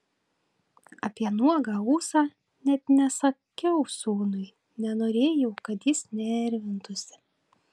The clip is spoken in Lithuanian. apie nuogą ūsą net nesakiau sūnui nenorėjau kad jis nervintųsi